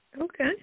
Okay